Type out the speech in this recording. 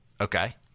Okay